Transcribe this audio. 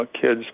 Kids